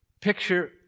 Picture